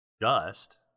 dust